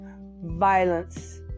violence